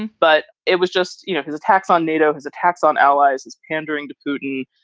but it was just, you know, his attacks on nato. has attacks on allies, is pandering to putin,